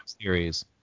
series